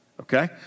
Okay